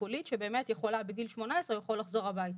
טיפולית שבגיל 18 הוא יכול לחזור הביתה.